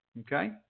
Okay